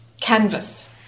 canvas